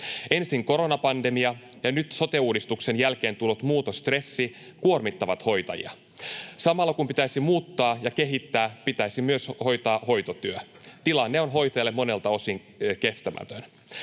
Ensin koronapandemia ja nyt sote-uudistuksen jälkeen tullut muutosstressi kuormittavat hoitajia. Samalla kun pitäisi muuttaa ja kehittää, pitäisi myös hoitaa hoitotyö. Tilanne on hoitajille monelta osin kestämätön.